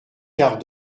quart